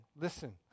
listen